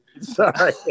Sorry